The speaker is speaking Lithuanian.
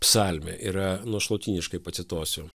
psalmė yra nu aš lotyniškai pacituosiu